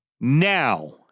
Now